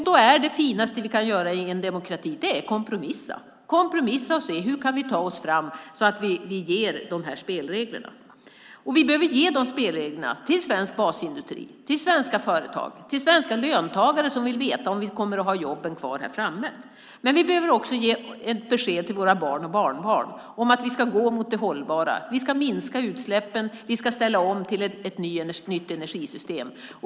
Då är det finaste vi kan göra i en demokrati att kompromissa och se hur vi kan ta oss fram så att vi ger de här spelreglerna. Vi behöver ge de spelreglerna till svensk basindustri, till svenska företag och till svenska löntagare som vill veta om vi kommer att ha jobben kvar här framme. Men vi behöver också ge ett besked till våra barn och barnbarn om att vi ska gå mot det hållbara. Vi ska minska utsläppen. Vi ska ställa om till ett nytt energisystem.